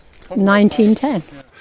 1910